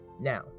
Now